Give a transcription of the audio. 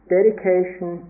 Dedication